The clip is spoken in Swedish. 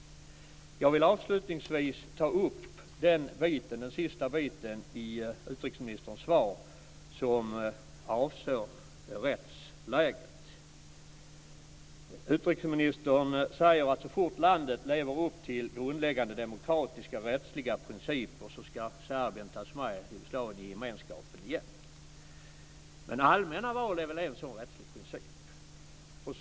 Jag vill avslutningsvis ta upp den sista delen i utrikesministerns svar som avsåg rättsläget. Utrikesministern säger att så fort landet lever upp till grundläggande demokratiska och rättsliga principer ska Serbien tas med i gemenskapen igen. Men allmänna val är väl en sådan rättslig princip.